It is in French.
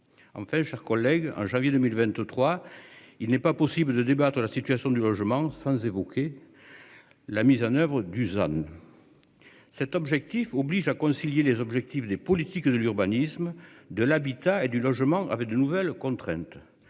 Enfin, chers collègues, en janvier 2023. Il n'est pas possible de débattre. La situation du logement sans évoquer. La mise en oeuvre Dusan. Cet objectif oblige à concilier les objectifs des politiques de l'urbanisme, de l'habitat et du logement avec de nouvelles contraintes.